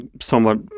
somewhat